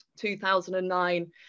2009